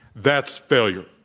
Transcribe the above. that's failure.